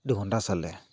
দুঘণ্টা চালে